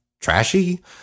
trashy